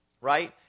right